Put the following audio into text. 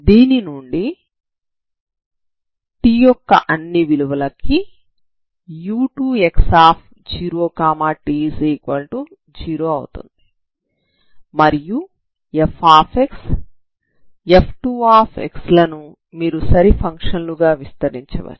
దీని నుండి ∀t కి u2x0t0 అవుతుంది మరియు f f2 లను మీరు సరి ఫంక్షన్ లుగా విస్తరించవచ్చు